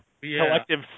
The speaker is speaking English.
collective